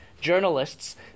journalists